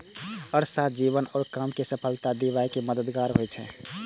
अर्थशास्त्र जीवन आ काम कें सफलता दियाबे मे मददगार होइ छै